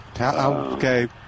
okay